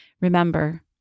Remember